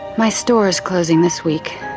my store is closing this week.